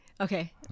okay